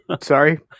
Sorry